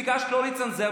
ביקשת לא לצנזר,